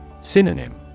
Synonym